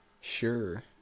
Sure